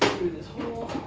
through this hole.